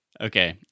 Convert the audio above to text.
okay